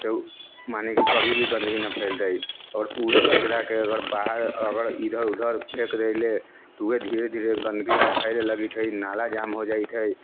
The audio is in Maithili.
तऽ मने कि कभी भी गन्दगी न फैलतै आओर ऊहे कचराके अगर बाहर अगर इधर उधर फेँक दैले तऽ वएह धीरे धीरे गंदगी फैले लगै छै नाला जाम हो जाइत है